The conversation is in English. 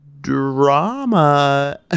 drama